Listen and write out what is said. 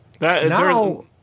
Now